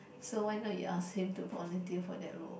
so why not you ask him to volunteer for that role